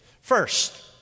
First